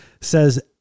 Says